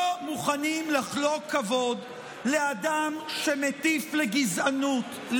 לא מוכנים לחלוק כבוד לאדם שמטיף לגזענות,